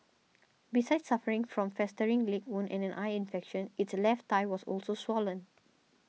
besides suffering from festering leg wound and an eye infection its left thigh was also swollen